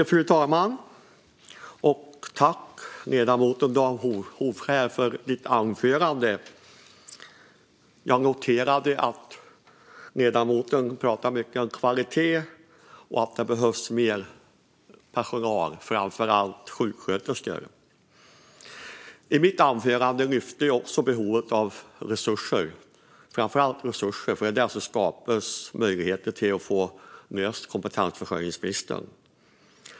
Fru talman! Tack, ledamoten Dan Hovskär, för anförandet! Jag noterade att ledamoten pratade mycket om kvalitet och om att det behövs mer personal, framför allt sjuksköterskor. I mitt anförande lyfte jag också fram behovet av resurser, framför allt resurser för att skapa möjligheter att lösa kompetensförsörjningen.